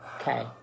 Okay